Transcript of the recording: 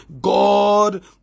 God